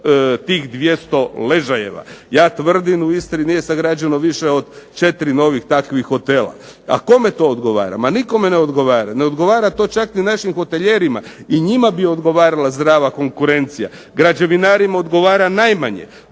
tih 200 ležajeva. Ja tvrdim, u Istri nije sagrađeno više od 4 novih takvih hotela. A kome to odgovara? Ma nikome ne odgovara. Ne odgovara to čak ni našim hotelijerima. I njima bi odgovarala zdrava konkurencija. Građevinarima odgovara najmanje,